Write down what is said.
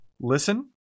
listen